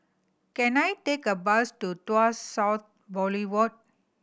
can I take a bus to Tuas South Boulevard